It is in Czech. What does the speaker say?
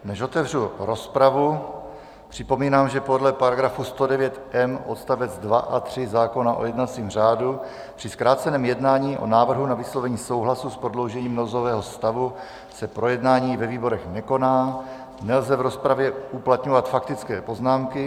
Než otevřu rozpravu, připomínám, že podle § 109m odst. 2 a 3 zákona o jednacím řádu při zkráceném jednání o návrhu na vyslovení souhlasu s prodloužením nouzového stavu se projednání ve výborech nekoná, nelze v rozpravě uplatňovat faktické poznámky.